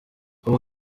ubwo